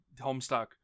Homestuck